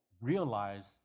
realize